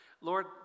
Lord